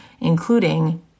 including